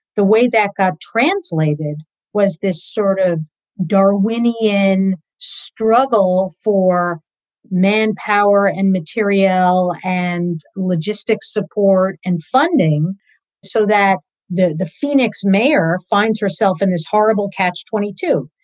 the way that got translated was this sort of darwinian struggle for manpower and materiel and logistics support and funding so that the the phoenix mayor finds herself in this horrible catch. twenty two,